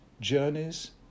journeys